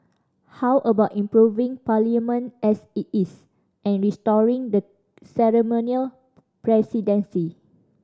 how about improving Parliament as it is and restoring the ceremonial presidency